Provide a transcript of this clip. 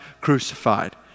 crucified